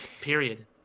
period